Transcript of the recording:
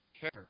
care